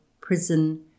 prison